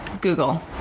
google